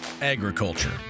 agriculture